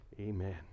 Amen